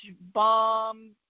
Bomb